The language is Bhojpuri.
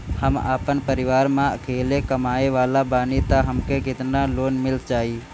हम आपन परिवार म अकेले कमाए वाला बानीं त हमके केतना लोन मिल जाई?